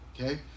Okay